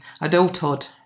adulthood